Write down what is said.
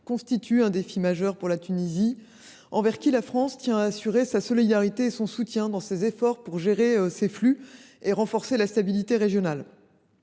constituent un défi majeur pour la Tunisie, à laquelle la France tient à assurer sa solidarité et son soutien dans les efforts qu’elle déploie pour gérer ces flux et renforcer la stabilité régionale.